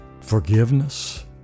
Forgiveness